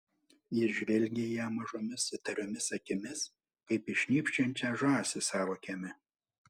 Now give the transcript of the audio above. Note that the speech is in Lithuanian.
jis žvelgė į ją mažomis įtariomis akimis kaip į šnypščiančią žąsį savo kieme